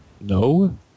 No